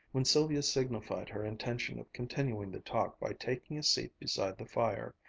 when sylvia signified her intention of continuing the talk by taking a seat beside the fire,